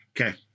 Okay